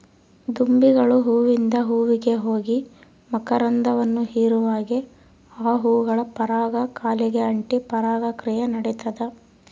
ದುಂಬಿಗಳು ಹೂವಿಂದ ಹೂವಿಗೆ ಹೋಗಿ ಮಕರಂದವನ್ನು ಹೀರುವಾಗೆ ಆ ಹೂಗಳ ಪರಾಗ ಕಾಲಿಗೆ ಅಂಟಿ ಪರಾಗ ಕ್ರಿಯೆ ನಡಿತದ